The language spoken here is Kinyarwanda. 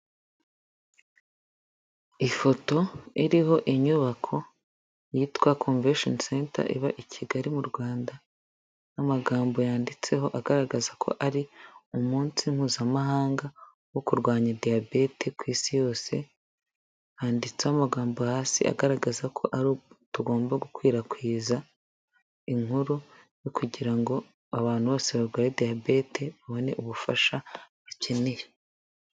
Ifoto iriho inyubako, yitwa konveshoni senta iba i Kigali mu Rwanda, n'amagambo yanditseho agaragaza ko ari umunsi mpuzamahanga wo kurwanya diyabete ku isi yose, handitseho amagambo hasi agaragaza ko tugomba gukwirakwiza, inkuru yo kugira ngo abantu bose barwaye diyabete babone ubufasha bakeneye.